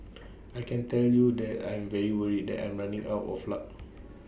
I can tell you that I'm very worried and I'm running out of luck